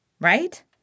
right